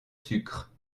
sucre